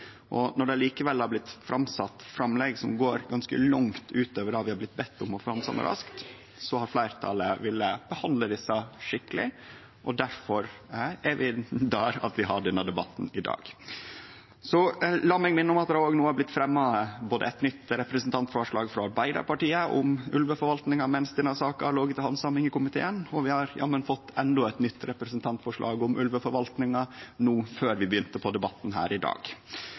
raskt. Når det likevel har blitt sett fram framlegg som går ganske langt utover det vi har blitt bedne om å handsame raskt, har fleirtalet ønskt å behandle desse skikkeleg. Difor har vi denne debatten i dag. La meg minne om at det no både har blitt fremja eit nytt representantforslag frå Arbeidarpartiet om ulveforvaltinga medan denne saka har lege til handsaming i komiteen, og vi har jammen fått endå eit nytt representantforslag om ulveforvaltinga før vi begynte på debatten her i dag.